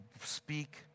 speak